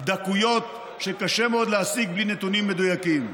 דקויות שקשה מאוד להשיג בלי נתונים מדויקים.